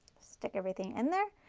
stick everything in there.